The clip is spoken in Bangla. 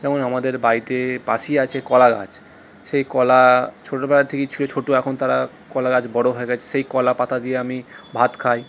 যেমন আমাদের বাড়িতে পাশেই আছে কলা গাছ সেই কলা ছোটোবেলা থেকেই ছিলো ছোটো এখন তারা কলা গাছ বড়ো হয়ে গেছে সেই কলা পাতা দিয়ে আমি ভাত খাই